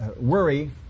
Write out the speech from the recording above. worry